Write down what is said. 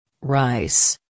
Rice